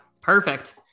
perfect